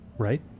Right